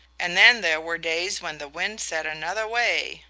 and then there were days when the wind set another way,